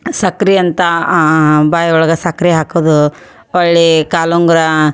ಸಕ್ರೆ ಅಂತ ಬಾಯೊಳಗೆ ಸಕ್ರೆ ಹಾಕೋದು ಹೊರ್ಳಿ ಕಾಲುಂಗುರ